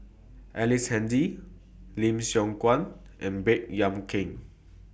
Ellice Handy Lim Siong Guan and Baey Yam Keng